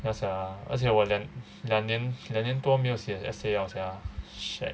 ya sia 而且我连两年两年多没有写 essay 了 sia shag